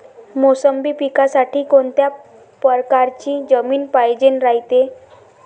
मोसंबी पिकासाठी कोनत्या परकारची जमीन पायजेन रायते?